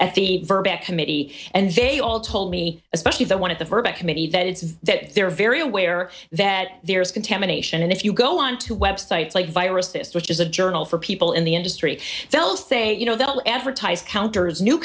at the verdict committee and they all told me especially the one of the first committee that it's that they're very aware that there is contamination and if you go onto websites like viruses which is a journal for people in the industry they'll say you know they'll advertise counters new